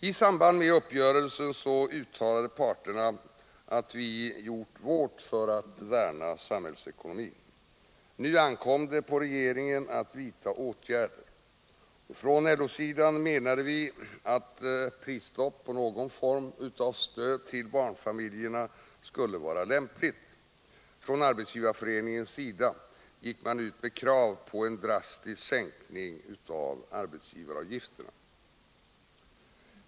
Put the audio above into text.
I samband med uppgörelsen uttalade parterna att vi gjort vårt för att värna samhällsekonomin. Nu ankom det på regeringen att vidta åtgärder. Från LO sidan menade vi att prisstopp och någon form av stöd till barnfamiljerna skulle vara lämpligt. SAF gick ut med krav på en drastisk sänkning av arbetsgivaravgifterna.